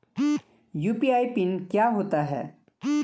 UPI PIN क्या होता है?